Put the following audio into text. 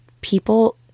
people